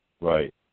Right